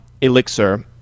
elixir